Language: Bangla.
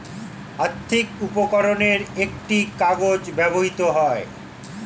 আর্থিক উপকরণে একটি কাগজ ব্যবহৃত হয়